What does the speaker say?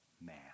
man